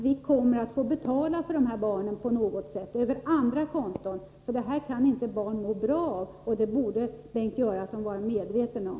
Vi kommer att få betala för dessa barn på något sätt, över andra konton. Det här kan inte barn må bra av, och det borde Bengt Göransson vara medveten om.